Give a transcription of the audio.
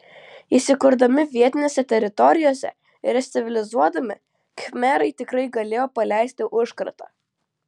įsikurdami vietinėse teritorijose ir jas civilizuodami khmerai tikrai galėjo paleisti užkratą